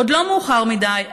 עוד לא מאוחר מדי.